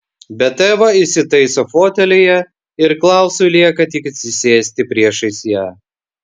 bet eva įsitaiso fotelyje ir klausui lieka tik atsisėsti priešais ją